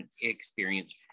experience